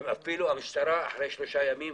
אפילו המשטרה אחרי שלושה ימים,